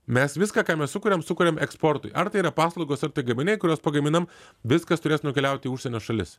mes viską ką mes sukuriam sukuriam eksportui ar tai yra paslaugos ar tai gaminiai kuriuos pagaminam viskas turės nukeliauti į užsienio šalis